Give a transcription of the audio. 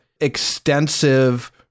extensive